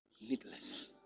needless